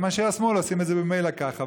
גם אנשי השמאל עושים את זה ממילא ככה,